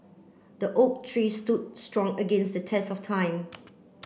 the oak tree stood strong against the test of time